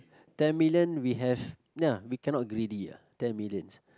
ten million we have ya we cannot greedy ah ten millions